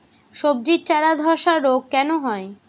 সবজির চারা ধ্বসা রোগ কেন হয়?